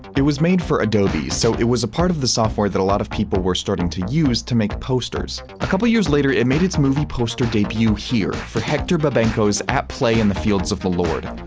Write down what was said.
it was made for adobe, so it was a part of the software that a lot of people were starting to use to make posters. a couple years later, it made its movie poster debut here for hector babenco's at play in the fields of the lord.